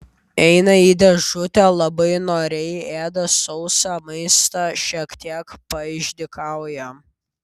eina į dėžutę labai noriai ėda sausą maistą šiek tiek paišdykauja